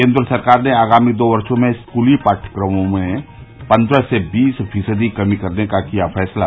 केन्द्र सरकार ने आगामी दो वर्षो में स्कूली पाठ्यक्रमों में पन्द्रह से बीस फ़ीसदी कमी करने का किया फ़ैसला